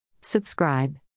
Subscribe